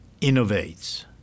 innovates